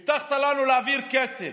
הבטחת לנו להעביר כסף,